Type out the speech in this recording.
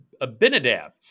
Abinadab